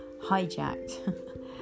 hijacked